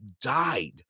died